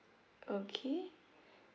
okay